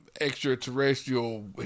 extraterrestrial